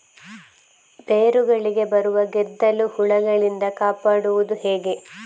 ಬೇರುಗಳಿಗೆ ಬರುವ ಗೆದ್ದಲು ಹುಳಗಳಿಂದ ಕಾಪಾಡುವುದು ಹೇಗೆ?